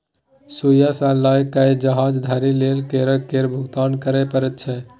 सुइया सँ लए कए जहाज धरि लेल कर केर भुगतान करय परैत छै